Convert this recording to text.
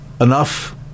enough